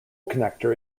connector